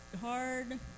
hard